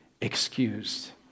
excused